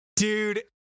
Dude